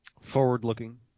forward-looking